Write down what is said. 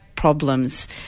Problems